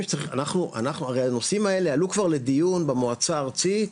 הרי הנושאים האלה עלו כבר לדיון במועצה הארצית,